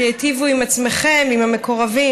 שיטיבו עם עצמכם, עם המקורבים.